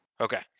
Okay